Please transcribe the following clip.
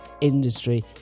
industry